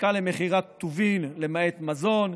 עסקה למכירת טובין, למעט מזון,